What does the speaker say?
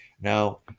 Now